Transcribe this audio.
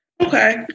Okay